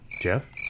Jeff